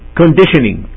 conditioning